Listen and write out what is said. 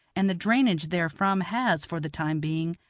and the drainage therefrom has, for the time being,